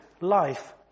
life